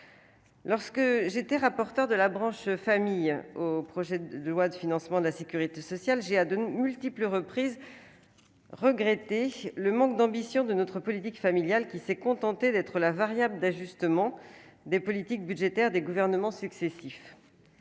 Lorsque j'étais rapporteur de la branche famille au projet de loi de financement de la Sécurité sociale, j'ai à de multiples reprises regretté le manque d'ambition de notre politique familiale qui s'est contenté d'être la variable d'ajustement des politiques budgétaires des gouvernements successifs.